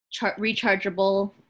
Rechargeable